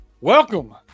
Welcome